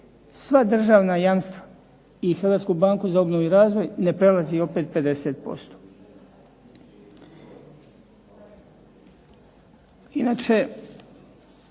sva državna jamstva i Hrvatsku banku za obnovu i razvoj ne prelazi opet 50%.